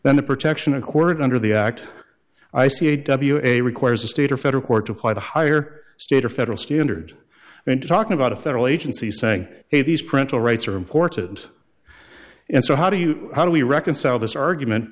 than the protection accorded under the act i see a requires a state or federal court to apply the higher state or federal standard in talking about a federal agency saying hey these parental rights are important and so how do you how do we reconcile this argument